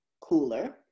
cooler